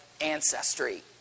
ancestry